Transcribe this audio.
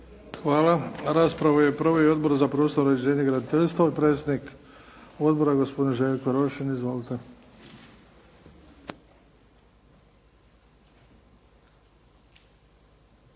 Hvala. Raspravu je proveo i Odbor za prostor, uređenje i graditeljstvo. Predsjednik Odbora Jerko Rošin. Izvolite.